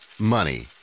Money